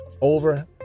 over